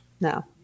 No